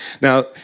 Now